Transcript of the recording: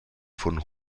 von